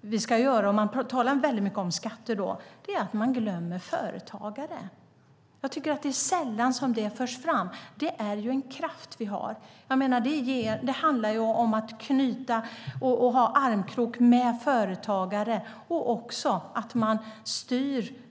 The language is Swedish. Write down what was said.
vi ska göra - väldigt mycket talas det om skatter - är att man glömmer företagarna. Det är sällan dessa förs fram, men de är en kraft som vi har. Det handlar om att knyta band med och om att gå i armkrok med företagare men också om att styra.